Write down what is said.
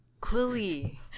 Quilly